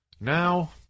Now